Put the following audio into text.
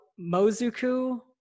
mozuku